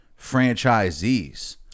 franchisees